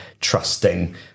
trusting